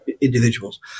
individuals